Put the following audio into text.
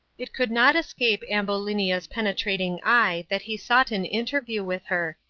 it could not escape ambulinia's penetrating eye that he sought an interview with her,